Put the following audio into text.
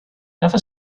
never